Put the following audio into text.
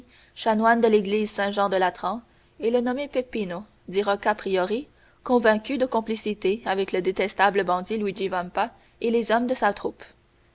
chanoine de l'église de saint-jean de latran et le nommé peppino dit rocca priori convaincu de complicité avec le détestable bandit luigi vampa et les hommes de sa troupe